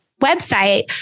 website